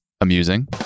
amusing